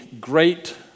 great